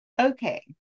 okay